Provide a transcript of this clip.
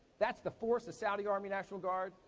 that's the force of saudi army national guard.